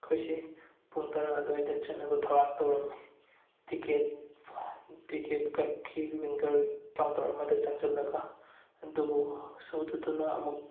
ꯑꯩꯈꯣꯏꯁꯤ ꯄꯨꯡ ꯇꯔꯥ ꯑꯗꯨꯋꯥꯏꯗ ꯆꯠꯅꯕ ꯊꯧꯔꯥꯡ ꯇꯧꯔꯝꯃꯤ ꯇꯤꯛꯀꯦꯠ ꯀꯛꯈꯤ ꯋꯤꯡꯒꯔ ꯀꯥꯎꯟꯇꯔ ꯑꯃꯗ ꯆꯪꯁꯤꯜꯂꯒ ꯑꯗꯨꯕꯨ ꯁꯨꯗꯗꯨꯅ ꯑꯃꯨꯛ